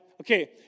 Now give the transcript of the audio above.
okay